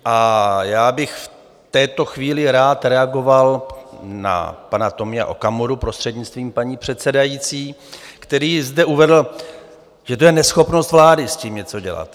A já bych v této chvíli rád reagoval na pana Tomia Okamuru, prostřednictvím paní předsedající, který zde uvedl, že to je neschopnost vlády s tím něco dělat.